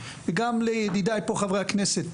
ידידיי חברי הכנסת אומרים,